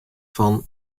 fan